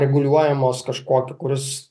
reguliuojamos kažkuo kai kuris